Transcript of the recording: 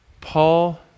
Paul